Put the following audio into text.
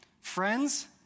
Friends